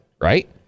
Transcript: right